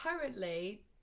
currently